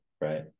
right